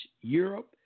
Europe